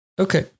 Okay